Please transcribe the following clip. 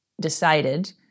decided